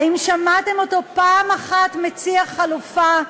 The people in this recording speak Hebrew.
האם שמעתם אותו פעם אחת מציע חלופה?